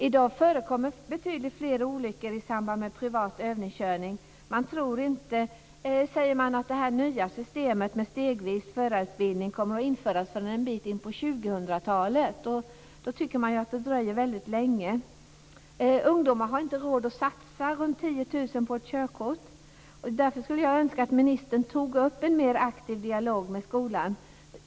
I dag förekommer betydligt fler olyckor i samband med privat övningskörning. Man säger att det nya systemet med stegvis förarutbildning inte kommer att införas förrän en bit in på 2000-talet. Då tycker man att det dröjer väldigt länge. Ungdomar har inte råd att satsa 10 000 kr på ett körkort. Därför skulle jag önska att ministern tog upp en mer aktiv dialog med skolan.